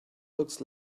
looks